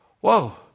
whoa